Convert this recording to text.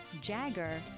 Jagger